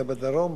בדרום,